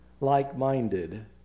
like-minded